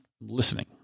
listening